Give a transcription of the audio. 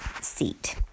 seat